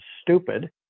stupid